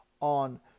on